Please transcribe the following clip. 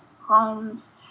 homes